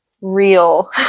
real